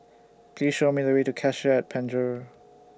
Please Show Me The Way to Cassia At Penjuru